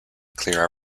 clear